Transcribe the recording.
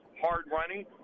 hard-running